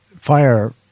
Fire